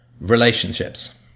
relationships